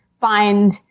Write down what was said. find